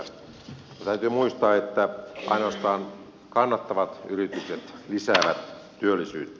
mutta täytyy muistaa että ainoastaan kannattavat yritykset lisäävät työllisyyttä